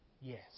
Yes